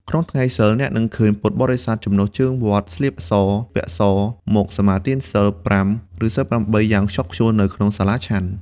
ក្នុងថ្ងៃសីល អ្នកនឹងឃើញពុទ្ធបរិស័ទចំណុះជើងវត្តស្លៀកសពាក់ស មកសមាទានសីលប្រាំ ឬសីលប្រាំបីយ៉ាងខ្ជាប់ខ្ជួននៅក្នុងសាលាឆាន់។